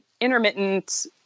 intermittent